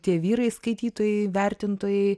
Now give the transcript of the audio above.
tie vyrai skaitytojai vertintojai